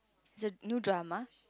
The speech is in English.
is it new drama